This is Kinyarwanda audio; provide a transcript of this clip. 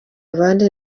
abandi